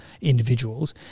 individuals